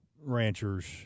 ranchers